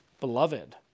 beloved